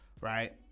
right